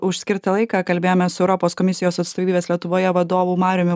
už skirtą laiką kalbėjome su europos komisijos atstovybės lietuvoje vadovu mariumi